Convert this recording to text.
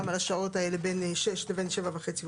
על השעות האלה בין 6:00 ל-07:30 בבוקר,